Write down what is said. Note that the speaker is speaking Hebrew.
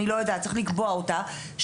צריך לקבוע אותה,